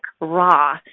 raw